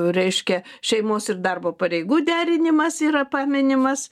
reiškia šeimos ir darbo pareigų derinimas yra paminimas